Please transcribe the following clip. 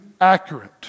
accurate